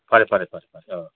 ꯐꯔꯦ ꯐꯔꯦ ꯐꯔꯦ ꯐꯔꯦ ꯑ